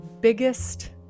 biggest